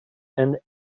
and